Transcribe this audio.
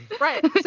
Right